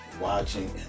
watching